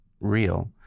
real